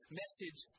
message